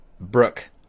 Brooke